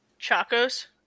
chacos